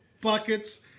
buckets